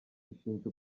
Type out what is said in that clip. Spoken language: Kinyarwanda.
ishinja